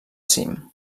cim